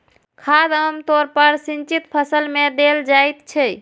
खाद आम तौर पर सिंचित फसल मे देल जाइत छै